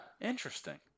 interesting